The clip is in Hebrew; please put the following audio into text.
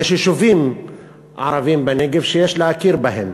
יש יישובים ערביים בנגב שיש להכיר בהם,